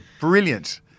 Brilliant